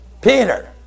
Peter